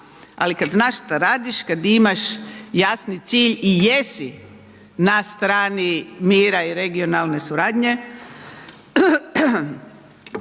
ali kada znaš što radiš, kada imaš jasni cilj i jesi na strani mira i regionalne suradnje,